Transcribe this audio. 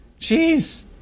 Jeez